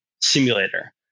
simulator